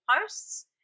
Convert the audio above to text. posts